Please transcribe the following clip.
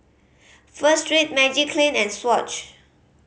Pho Street Magiclean and Swatch